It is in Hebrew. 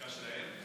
הבדיקה שלהם?